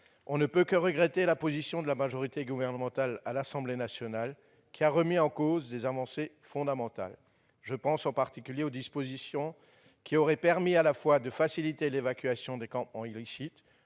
On ne peut que regretter la position de la majorité gouvernementale à l'Assemblée nationale, qui a remis en cause des avancées fondamentales. Je pense, en particulier, aux dispositions qui auraient permis à la fois de faciliter l'évacuation des campements illicites,